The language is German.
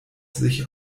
sich